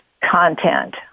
content